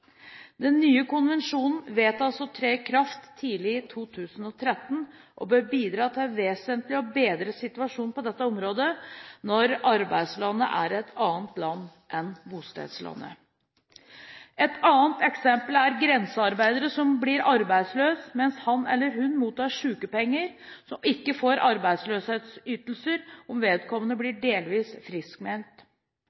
Den nye konvensjonen ventes å tre i kraft tidlig i 2013 og bør bidra vesentlig til å bedre situasjonen på dette området når arbeidslandet er et annet land enn bostedslandet. Et annet eksempel er grensearbeidere som blir arbeidsløse mens han eller hun mottar sykepenger, og som ikke får arbeidsløshetsytelser om vedkommende blir